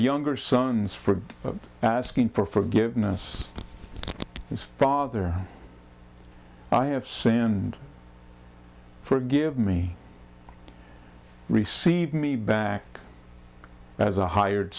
younger sons for asking for forgiveness his father i have sand forgive me received me back as a hired